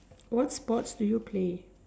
what sports do you play